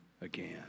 again